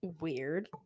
weird